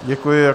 Děkuji.